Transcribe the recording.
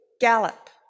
gallop